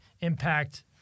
impact